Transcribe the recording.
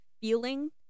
feeling